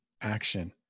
action